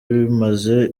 bimaze